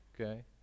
okay